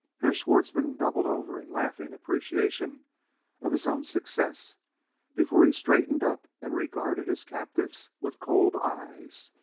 herr schwartzmann doubled over in laughing appreciation of his own success before he straightened up and regarded his captives with cold eyes.